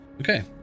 Okay